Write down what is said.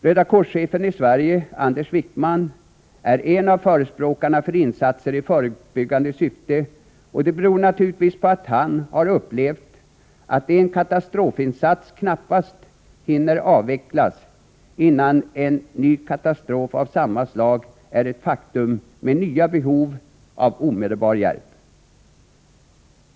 Röda kors-chefen i Sverige, Anders Wijkman, är en av förespråkarna för insatser i förebyggande syfte, och det beror naturligtvis på att han har upplevt att en katastrofinsats knappast hunnit avslutas innan en ny katastrof av samma slag varit ett faktum med nya behov av omedelbar hjälp.